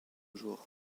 jours